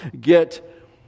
get